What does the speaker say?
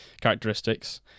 characteristics